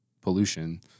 pollution